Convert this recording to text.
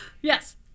Yes